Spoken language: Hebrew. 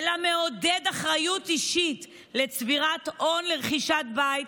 אלא מעודד אחריות אישית לצבירת הון לרכישת בית,